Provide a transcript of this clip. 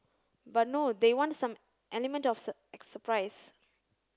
but no they want some element of surprise